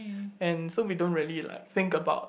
and so we don't really like think about